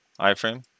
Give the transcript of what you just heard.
iframe